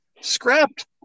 scrapped